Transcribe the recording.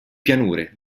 pianure